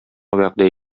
вәгъдә